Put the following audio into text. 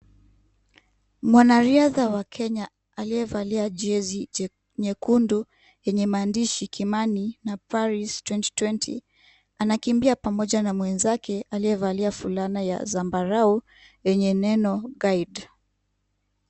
Mwanariadha wa Kenya aliyevalia jezi nyekundu yenye maandishi Kimani na Paris 2020 anakimbia pamoja na mwenzake aliyevalia fulana ya zambarau yenye neno guide .